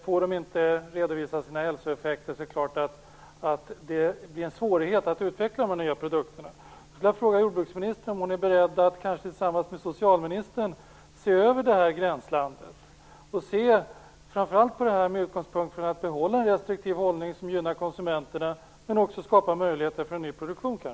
Får inte hälsoeffekterna redovisas blir det svårt att utveckla dessa nya produkter. Jag skulle vilja fråga jordbruksministern om hon är beredd att kanske tillsammans med socialministern se över det här gränslandet och se på detta framför med utgångspunkt i att behålla en restriktiv hållning som gynnar konsumenterna men också skapar möjligheter för en ny produktion.